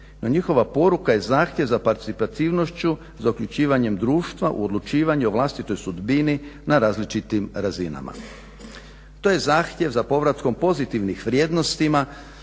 njihova poruka je zahtjev za parcipacivnošću zaključivanjem društva u odlučivanju o vlastitoj sudbini na različitim razinama. To je zahtjev za povratkom pozitivnih vrijednosti